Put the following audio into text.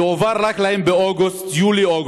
יועבר להם רק ביולי-אוגוסט.